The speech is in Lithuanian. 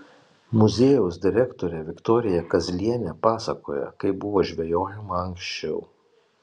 muziejaus direktorė viktorija kazlienė pasakoja kaip buvo žvejojama anksčiau